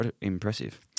impressive